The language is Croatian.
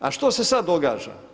A što se sad događa?